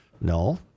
No